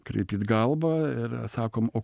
kraipyt galvą ir sakom o